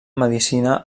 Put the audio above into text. medicina